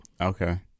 Okay